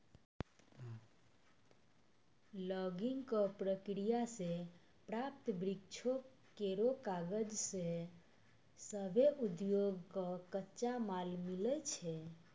logging क प्रक्रिया सें प्राप्त वृक्षो केरो कागज सें सभ्भे उद्योग कॅ कच्चा माल मिलै छै